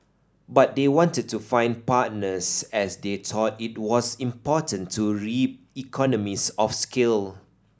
but they wanted to find partners as they thought it was important to reap economies of scale